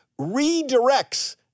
redirects